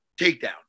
takedown